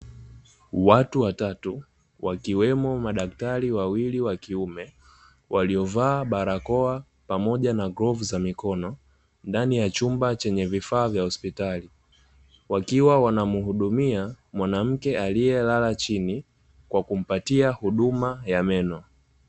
Watu watatu wakiwemo wadaktari wawili wa kiume, walio vaa barakoa pamoja na glovu za mikono, ndani ya chumba chenye vifaa vya hospitali wakiwa wanamuhudumia, mwanamke aliyelala chini kwa kumpatia huduma ya meno.